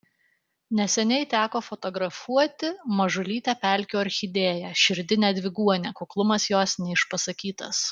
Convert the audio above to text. neseniai teko fotografuoti mažulytę pelkių orchidėją širdinę dviguonę kuklumas jos neišpasakytas